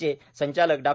चे संचालक डॉ